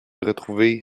retrouver